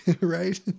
right